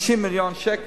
90 מיליון השקלים,